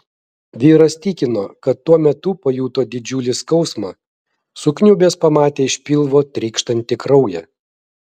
vyras tikino kad tuo metu pajuto didžiulį skausmą sukniubęs pamatė iš pilvo trykštantį kraują